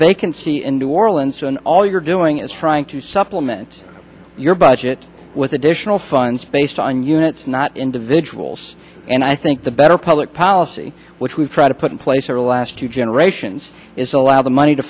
vacancy in new orleans and all you're doing is trying to supplement your budget with additional funds based on units not individuals and i think the better public policy which we've tried to put in place are a last two generations is allow the money to